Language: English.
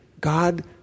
God